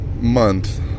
month